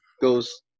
goes